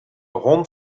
hond